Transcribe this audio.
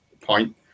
point